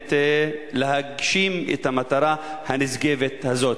באמת להגשים את המטרה הנשגבת הזאת?